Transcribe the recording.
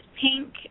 pink